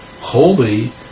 holy